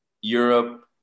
Europe